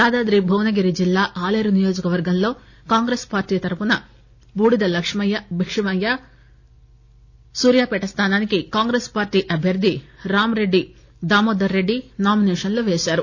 యాదాద్రి భువనగిరి జిల్లా ఆలేరు నియోజకవర్గంలో కాంగ్రెస్ పార్టీ తరఫున బూడిద బిక్షమయ్య సూర్యాపేట స్థానానికి కాంగ్రెస్ పార్టీ అభ్యర్ధి రామ్రెడ్డి దామోదర్రెడ్డి నామినేషన్లు పేశారు